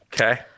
Okay